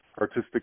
artistic